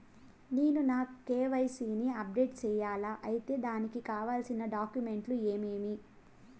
నేను నా కె.వై.సి ని అప్డేట్ సేయాలా? అయితే దానికి కావాల్సిన డాక్యుమెంట్లు ఏమేమీ?